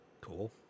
Cool